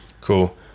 Cool